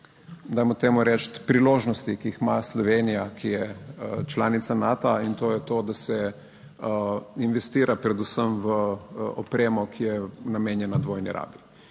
dajmo temu reči, priložnosti, ki jih ima Slovenija, ki je članica Nata, in to je, da se investira predvsem v opremo, ki je namenjena dvojni rabi: